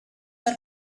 per